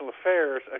affairs